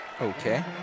Okay